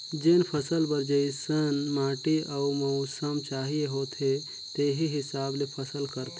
जेन फसल बर जइसन माटी अउ मउसम चाहिए होथे तेही हिसाब ले फसल करथे